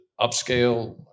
upscale